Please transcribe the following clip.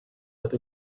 have